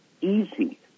easy